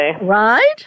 Right